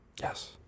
yes